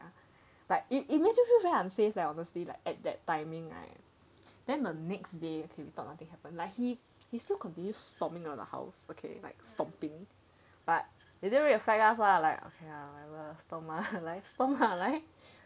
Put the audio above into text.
but it it makes you feel very unsafe leh honestly like at that timing right then the next day okay we thought nothing happen lah he he still continue stomping on the house okay like stomping but it didn't really affect us lah like okay lah whatever ah stomp ah 来 stomp ah 来